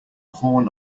horn